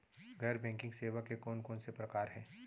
गैर बैंकिंग सेवा के कोन कोन से प्रकार हे?